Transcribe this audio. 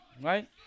right